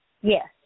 Yes